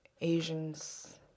Asians